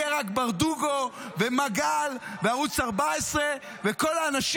יהיu רק ברדוגו ומגל בערוץ 14’ וכל האנשים